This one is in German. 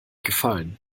gefallen